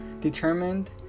determined